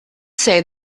say